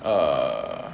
err